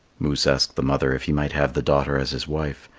moose asked the mother if he might have the daughter as his wife,